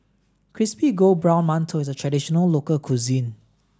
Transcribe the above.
Crispy Gold Brown Mantou is a traditional local cuisine